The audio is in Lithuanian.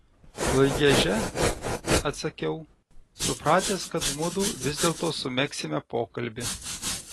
lježe atsakiau supratęs kad mudu vis dėlto sumegsime pokalbį